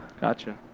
Gotcha